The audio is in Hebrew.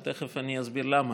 ותכף אסביר למה.